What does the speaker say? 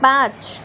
पाँच